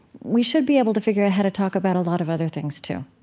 we should be able to figure out how to talk about a lot of other things too.